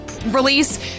Release